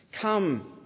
come